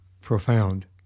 profound